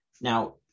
Now